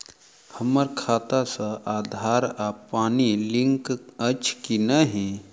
हम्मर खाता सऽ आधार आ पानि लिंक अछि की नहि?